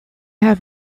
have